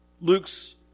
Luke's